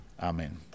amen